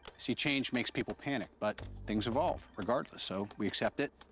see, change makes people panic, but things evolve regardless, so we accept it,